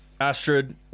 Astrid